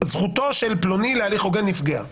זכותו של פלוני להליך הוגן נפגעה